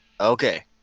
Okay